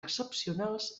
excepcionals